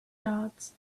yards